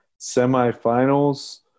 semifinals